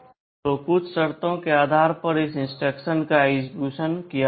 तो कुछ शर्तों के आधार पर इस इंस्ट्रक्शन का एक्सेक्यूशन किया जाएगा